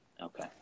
Okay